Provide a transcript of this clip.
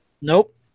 Nope